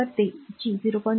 तर ते G 0